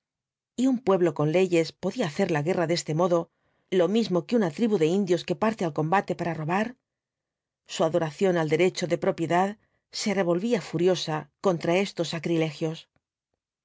y un pueblo con leyes podía hacer la guerra de este modo lo mismo que una tribu de indios que parte al combate para robar su adoración al derecho de propiedad se revolvía furiosa contra estos sacrilegios